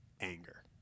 anger